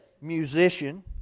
musician